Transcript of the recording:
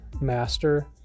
master